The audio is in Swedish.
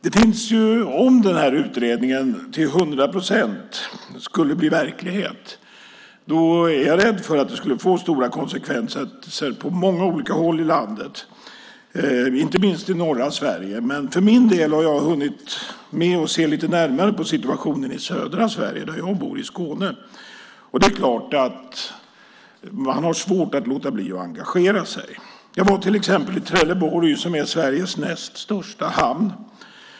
Om förslagen i utredningen till hundra procent skulle bli verklighet är jag rädd för att det skulle få stora konsekvenser på många olika håll i landet, inte minst i norra Sverige. För min del har jag hunnit med att titta lite närmare på situationen i södra Sverige där jag bor, i Skåne. Det är klart att man har svårt att låta bli att engagera sig. Jag var till exempel i Trelleborg som är Sveriges näst största hamn.